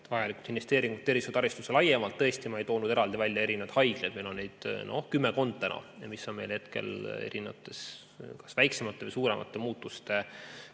vajalikud investeeringud tervishoiutaristusse laiemalt. Tõesti, ma ei toonud eraldi välja erinevaid haiglaid, meil on neid kümmekond, mis on meil hetkel väiksemate või suuremate muutuste